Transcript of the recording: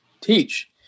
teach